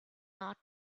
not